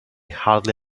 hardly